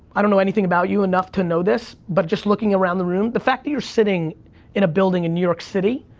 i don't know anything about you enough to know this, but just looking around the room, the fact that you're sitting in a building in new york city,